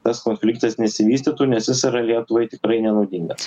tas konfliktas nesivystytų nes jis yra lietuvai tikrai nenaudingas